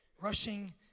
Rushing